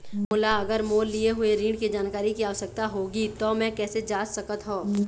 मोला अगर मोर लिए हुए ऋण के जानकारी के आवश्यकता होगी त मैं कैसे जांच सकत हव?